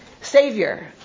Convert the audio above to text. Savior